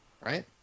Right